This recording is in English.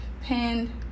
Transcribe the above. Pin